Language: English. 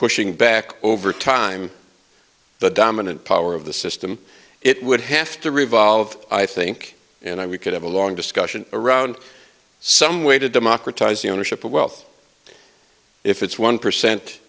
pushing back over time the dominant power of the system it would have to revolve i think and i we could have a long discussion around some way to democratize the ownership of wealth if it's one percent